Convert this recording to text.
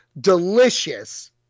Delicious